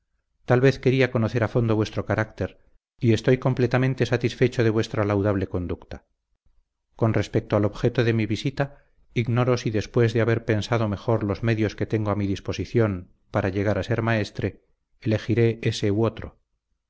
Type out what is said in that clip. tal vez quería conocer a fondo vuestro carácter y estoy completamente satisfecho de vuestra laudable conducta con respecto al objeto de mi visita ignoro si después de haber pensado mejor los medios que tengo a mi disposición para llegar a ser maestre elegiré ése u otro